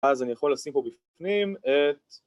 ‫אז אני יכול לשים פה בפנים את...